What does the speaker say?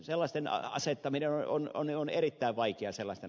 sellaisten asettaminen on erittäin vaikeaa